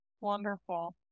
Wonderful